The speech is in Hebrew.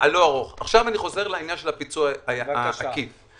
עכשיו אני חוזר לעניין של הפיצוי העקיף אז